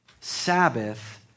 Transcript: Sabbath